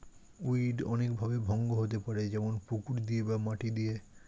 weed অনেক ভাবে ভঙ্গ হতে পারে যেমন পুকুর দিয়ে বা মাটি দিয়ে